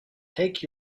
take